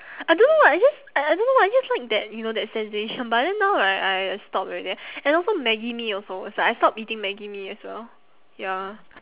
I don't know what I just I I don't know what I just like that you know that sensation but then now right I stop already and also Maggi mee also it's like I stop eating Maggi mee as well ya